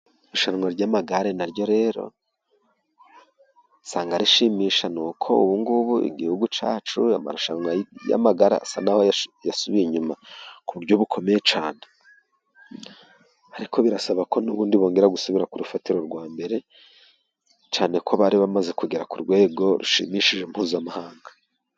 Irushanwa ry'amagare naryo rero usanga rishimisha, ni uko ubu ngubu igihugu cyacu amarushanwa y'amagare asa n'ayasubiye inyuma ku buryo bukomeye cyane, ariko birasaba ko n'ubundi bongera gusubira ku rufatiro rwa mbere, cyane ko bari bamaze kugera ku rwego rushimishije mpuzamahanga.